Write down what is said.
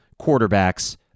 quarterbacks